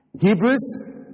Hebrews